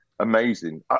amazing